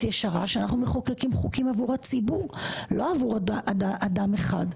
ישרה היא שאנחנו מחוקקים חוקים עבור הציבור לא עבור אדם אחד.